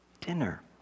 dinner